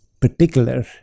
particular